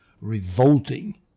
revolting